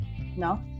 no